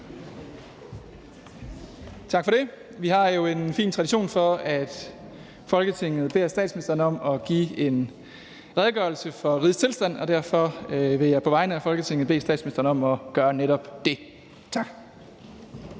Tak for det. Vi har jo en fin tradition for, at Folketinget beder statsministeren om at give en redegørelse for rigets tilstand, og derfor vil jeg på vegne af Folketinget bede statsministeren om at gøre netop det. Tak.